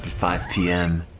five pm